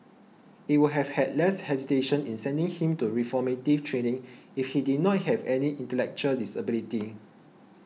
it would have had less hesitation in sending him to reformative training if he did not have any intellectual disability